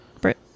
Brit